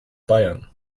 bayern